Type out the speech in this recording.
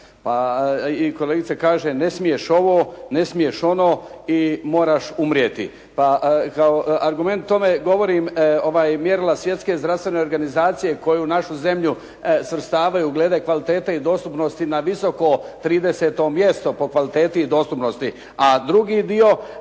Pa i kolegica kaže ne smiješ ovo, ne smiješ ono i moraš umrijeti. Pa kao argument tome govorim mjerila Svjetske zdravstvene organizacije u koju našu zemlju svrstavaju glede kvalitete i dostupnosti na visoko 30. mjesto po kvaliteti i dostupnosti.